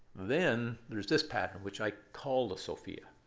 then there's this pattern, which i call the sophia.